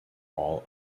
all